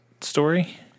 story